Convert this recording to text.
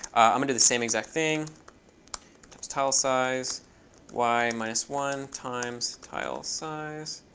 i'm going to the same exact thing times tile size y minus one times tile size